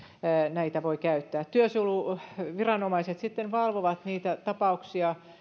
näitä voi käyttää työsuojeluviranomaiset sitten valvovat niitä tapauksia